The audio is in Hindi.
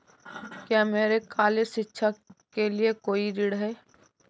क्या मेरे कॉलेज शिक्षा के लिए कोई ऋण है?